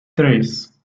tres